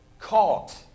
Caught